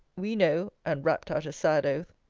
we know, and rapt out a sad oath,